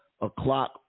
o'clock